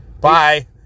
Bye